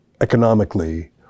economically